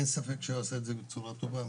אין ספק שהוא יעשה את זה בצורה טובה.